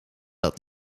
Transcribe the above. dat